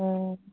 ꯎꯝ